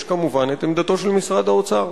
יש כמובן עמדתו של משרד האוצר.